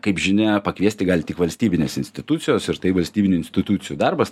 kaip žinia pakviesti gali tik valstybinės institucijos ir tai valstybinių institucijų darbas